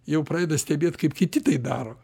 jau pradeda stebėt kaip kiti tai daro